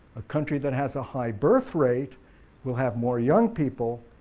a country that has a high birthrate will have more young people,